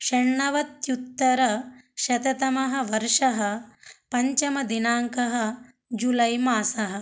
षण्णवत्युत्तरशततमः वर्षः पञ्चमदिनाङ्कः जुलै मासः